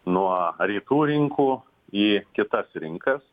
nuo rytų rinkų į kitas rinkas